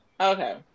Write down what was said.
Okay